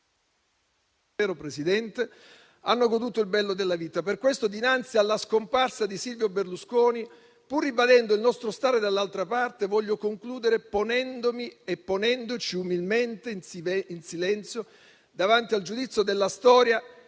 hanno goduto il bello della vita. Per questo, dinanzi alla scomparsa di Silvio Berlusconi, pur ribadendo il nostro stare dall'altra parte, voglio concludere ponendomi e ponendoci umilmente in silenzio davanti al giudizio della storia,